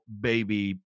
baby